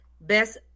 best